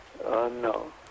no